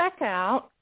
checkout